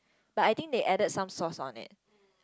but I think they added some sauce on it